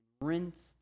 rinsed